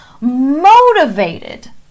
motivated